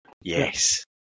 Yes